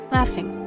laughing